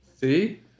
See